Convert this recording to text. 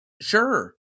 Sure